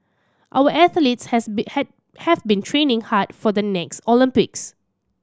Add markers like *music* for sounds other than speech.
our athletes has been *unintelligible* have been training hard for the next Olympics